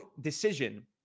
decision